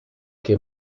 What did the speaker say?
que